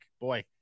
Boy